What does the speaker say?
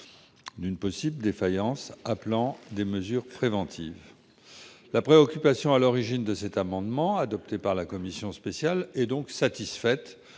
d'une possible défaillance, appelant des mesures préventives. La préoccupation ayant inspiré l'amendement adopté par la commission spéciale est satisfaite